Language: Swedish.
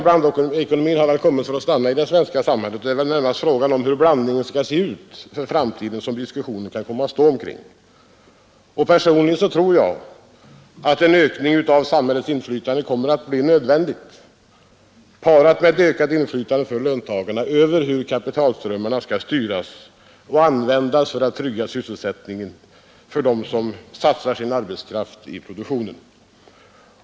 Blandekonomin har säkerligen kommit för att stanna i det svenska samhället, och det är väl närmast frågan om hur blandningen skall se ut för framtiden som kan bli föremål för diskussion. Personligen tror jag att en ökning av samhällets inflytande kommer att bli nödvändig, parad med ett ökat inflytande för löntagarna över hur kapitalströmmarna skall styras och användas för att trygga sysselsättningen för dem som satsar sin arbetskraft i produktionen.